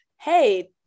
hey